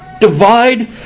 divide